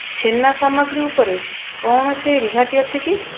ଛେନା ସାମଗ୍ରୀ ଉପରେ କୌଣସି ରିହାତି ଅଛି କି